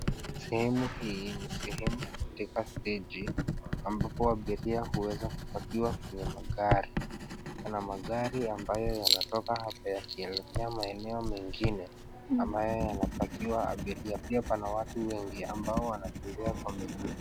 Sehemu hii ni sehemu tepa steji ambapo abiria huweza kupakiwa kwenye magari. Kuna magari ambayo yanatoka hapa yaki elekea maeneo mengine ambayo yanapakiwa abiria pia pana watu wengi ambao wanatembea kwa miguu.